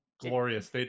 glorious